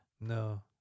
no